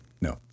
No